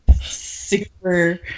super